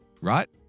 Right